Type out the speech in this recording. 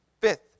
Fifth